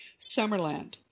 Summerland